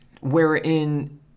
wherein